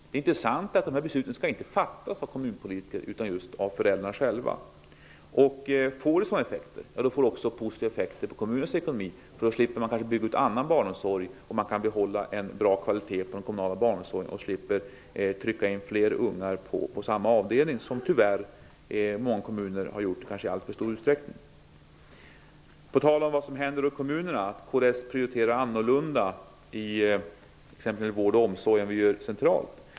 Det är intressant att dessa beslut inte skall fattas av kommunpolitiker utan av föräldrarna själva. Om det får sådana här effekter blir det också positiva effekter för kommunernas ekonomi. Då slipper kommunerna kanske att bygga ut någon annan barnomsorg. De kan behålla en bra kvalitet på den kommunala barnomsorgen, och de behöver inte trycka in för många ungar på avdelningarna. Tyvärr kanske många kommuner har fått göra det i alltför stor utsträckning. Vi i kds prioriterar annorlunda i kommunerna, t.ex. när det gäller vård och omsorg, än vi gör centralt.